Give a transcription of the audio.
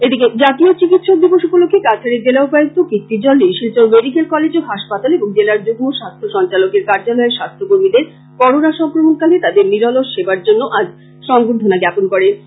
এদিকে জাতীয় চিকিৎসক দিবস উপলক্ষ্যে কাছাড়ের জেলা উপায়ুক্ত কীর্তি জল্লি শিলচর মেডিকেল কলেজ ও হাসপাতাল এবং জেলার যুগ্ম স্বাস্থ্য সঞ্চালকের কার্যালয়ের স্বাস্থ্যকর্মীদের করোনা সংক্রমণকালে তাদের নিরলস সেবার জন্য আজ সম্বর্ধনা জ্ঞাপন করেন